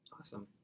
Awesome